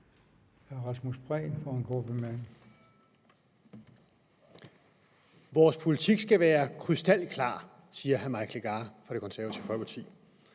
Rasmus Prehn (S): Vores politik skal være krystalklar, siger hr. Mike Legarth fra Det Konservative Folkeparti.